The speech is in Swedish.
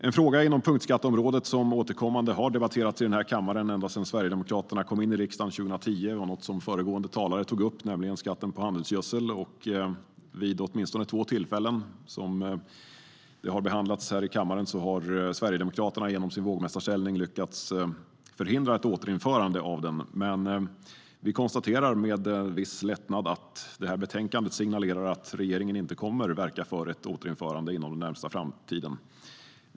En fråga inom punktskatteområdet som återkommande debatterats i denna kammare ända sedan Sverigedemokraterna kom in i riksdagen 2010 och som föregående talare tog upp är skatten på handelsgödsel. Vid åtminstone två tillfällen då detta behandlats här i kammaren har Sverigedemokraterna genom sin vågmästarställning lyckats förhindra ett återinförande. Vi konstaterar med viss lättnad att betänkandet signalerar att regeringen inte kommer att verka för ett återinförande inom den närmaste framtiden.